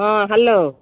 ହଁ ହ୍ୟାଲୋ